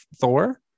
Thor